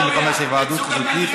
אנחנו עוברים להצעת חוק ההוצאה לפועל (תיקון מס' 55) (היוועדות חזותית),